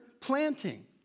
planting